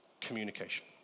communication